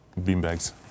beanbags